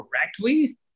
correctly